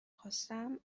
خواستم